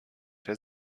der